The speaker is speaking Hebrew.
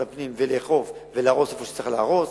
הפנים ולאכוף ולהרוס איפה שצריך להרוס.